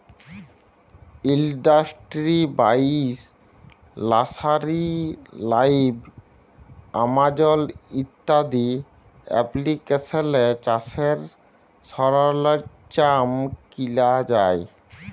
industry বাইশ, nursery live, Amazon ইত্যাদি এপ্লিকেশলে চাষের সরল্জাম কিলা যায়